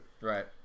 Right